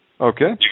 Okay